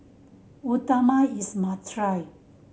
uthapam is must try